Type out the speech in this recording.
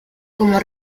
como